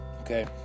okay